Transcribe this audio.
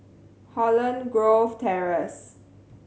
Holland Grove Terrace